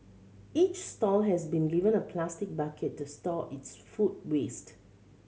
each stall has been given a plastic bucket to store its food waste